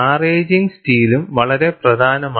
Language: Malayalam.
മാറാജിംഗ് സ്റ്റീലും വളരെ പ്രധാനമാണ്